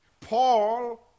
Paul